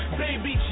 baby